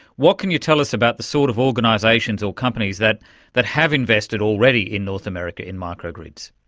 what can you tell us about the sort of organisations or companies that that have invested already in north america in micro-grids?